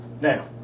Now